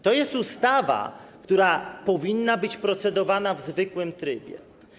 To jest ustawa, która powinna być procedowana w zwykłym trybie.